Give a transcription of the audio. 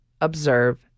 observe